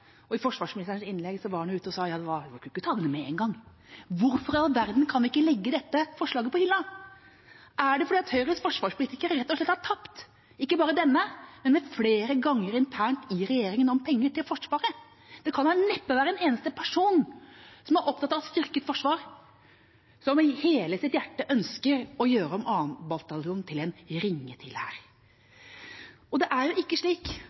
og i forsvarsministerens innlegg var han ute og sa at man skulle jo ikke ta det ned med en gang. Hvorfor i all verden kan vi ikke legge dette forslaget på hylla? Er det fordi Høyres forsvarspolitikere rett og slett har tapt, ikke bare denne gangen, men flere ganger internt i regjeringen, om penger til Forsvaret? Det kan da neppe være en eneste person som er opptatt av et styrket forsvar som med hele sitt hjerte ønsker å gjøre om 2. bataljon til en ringe-til-hær. Det er jo ikke slik